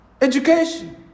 education